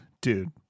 Dude